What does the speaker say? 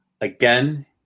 again